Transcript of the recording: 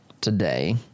today